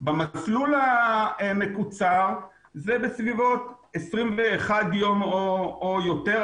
במסלול המקוצר זה בסביבות 21 יום או יותר,